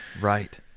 right